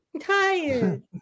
Tired